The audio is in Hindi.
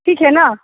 ठीक है न